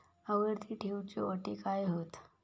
आवर्ती ठेव च्यो अटी काय हत?